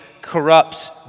corrupts